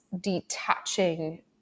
detaching